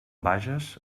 vages